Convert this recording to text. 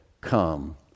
come